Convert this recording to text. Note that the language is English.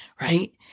right